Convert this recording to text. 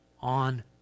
on